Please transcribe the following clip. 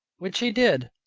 which he did,